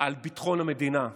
על ביטחון המדינה.